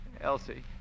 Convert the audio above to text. Elsie